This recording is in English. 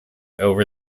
over